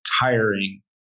tiring